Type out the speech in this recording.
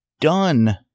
done